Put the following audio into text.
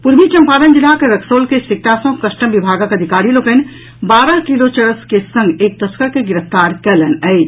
पूर्वी चम्पारण जिलाक रक्सौल के सिकटा सँ कस्टम विभागक अधिकारी लोकनि बारह किलो चरस के संग एक तस्कर के गिरफ्तार कयलनि अछि